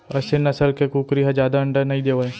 असेल नसल के कुकरी ह जादा अंडा नइ देवय